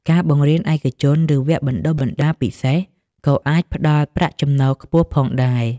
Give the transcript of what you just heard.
ការបង្រៀនឯកជន ឬវគ្គបណ្តុះបណ្តាលពិសេសក៏អាចផ្តល់ប្រាក់ចំណូលខ្ពស់ផងដែរ។